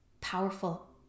powerful